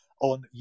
on